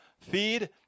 feed